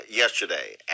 Yesterday